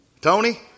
Tony